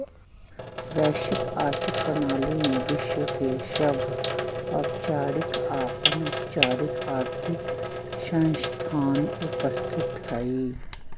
वैश्विक आर्थिक प्रणाली में विश्व के सभ औपचारिक आऽ अनौपचारिक आर्थिक संस्थान उपस्थित हइ